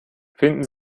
finden